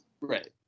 Right